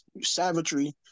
savagery